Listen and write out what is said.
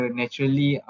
naturally